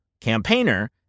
Campaigner